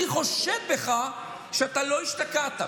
אני חושד בך שאתה לא השתקעת.